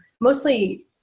mostly